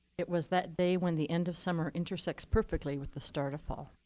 it was that day when the end of summer intersects perfectly with the start of fall.